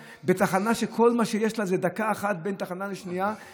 בתחנה שכל מה שיש זה דקה אחת בינה לבין התחנה השנייה,